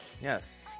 yes